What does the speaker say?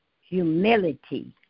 humility